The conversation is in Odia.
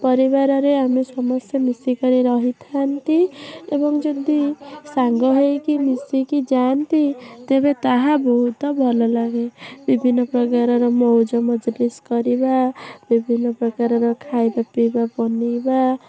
ପରିବାରରେ ଆମେ ସମସ୍ତେ ମିଶିକିରି ରହିଥାଆନ୍ତି ଏବଂ ଯଦି ସାଙ୍ଗ ହେଇକି ମିଶିକି ଯାଆନ୍ତି ତେବେ ତାହା ବହୁତ ଭଲଲାଗେ ବିଭିନ୍ନ ପ୍ରକାରର ମଉଜ୍ ମଜଲିସ୍ କରିବା ବିଭିନ୍ନ ପ୍ରକାରର ଖାଇବା ପିଇବା ବନେଇବା